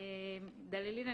דללין,